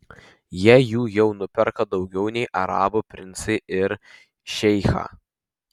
jie jų jau nuperka daugiau nei arabų princai ir šeichai